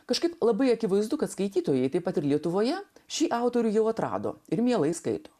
kažkaip labai akivaizdu kad skaitytojai taip pat ir lietuvoje šį autorių jau atrado ir mielai skaito